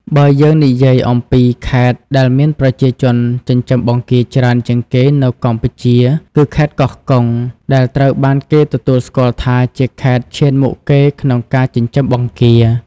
បើយើងនិយាយអំពីខេត្តដែលមានប្រជាជនចិញ្ចឹមបង្គាច្រើនជាងគេនៅកម្ពុជា គឺខេត្តកោះកុង ដែលត្រូវបានគេទទួលស្គាល់ថាជាខេត្តឈានមុខគេក្នុងការចិញ្ចឹមបង្គា។